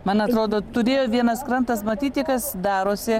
man atrodo turėjo vienas krantas matyti kas darosi